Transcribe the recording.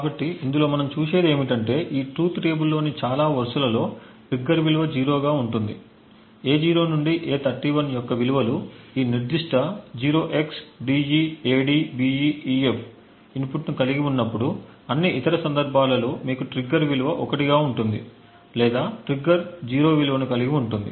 కాబట్టి ఇందులో మనం చూసేది ఏమిటంటే ఈ ట్రూత్ టేబుల్లోని చాలా వరుసలలో ట్రిగ్గర్ విలువ 0 గా ఉంటుంది A0 నుండి A31 యొక్క విలువలు ఈ నిర్దిష్ట 0xDEADBEEF ఇన్పుట్ను కలిగి ఉన్నప్పుడు అన్ని ఇతర సందర్భాలలో మీకు ట్రిగ్గర్ విలువ 1 గా ఉంటుంది లేదా ట్రిగ్గర్ 0 విలువను కలిగి ఉంటుంది